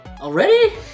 Already